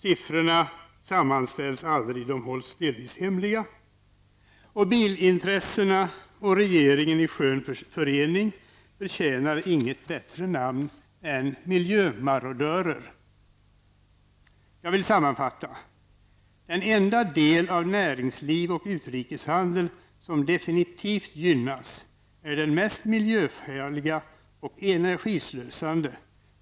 Siffrorna sammanställs aldrig. De hålls delvis hemliga. Bilintressena och regeringen i skön förening förtjänar inget bättre namn än miljömarodörer. Jag vill sammanfatta. Den enda del av näringsliv och utrikeshandel som definitivt gynnas är den mest miljöfarliga och energislösande.